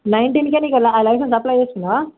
నైన్టీన్కె నీకు లైసెన్స్కి అప్లై చేసుకున్నావా